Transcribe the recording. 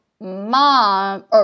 mom